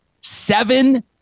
seven